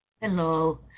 Hello